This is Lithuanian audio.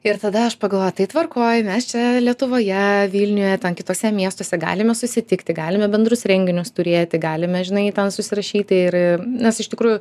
ir tada aš pagalvojau tai tvarkoj mes čia lietuvoje vilniuje ten kituose miestuose galime susitikti galime bendrus renginius turėti galime žinai ten susirašyti ir nes iš tikrųjų